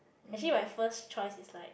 actually my first choice is like